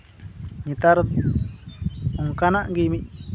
ᱱᱮᱛᱟᱨ ᱚᱱᱠᱟᱱᱟᱜ ᱜᱮ ᱢᱤᱫ